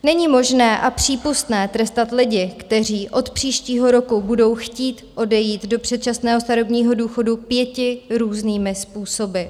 Není možné a přípustné trestat lidi, kteří od příštího roku budou chtít odejít do předčasného starobního důchodu, pěti různými způsoby.